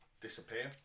disappear